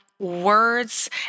words